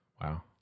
Wow